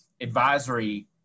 advisory